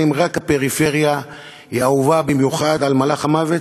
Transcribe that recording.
האם רק הפריפריה היא אהובה במיוחד על מלאך המוות?